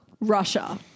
Russia